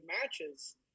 matches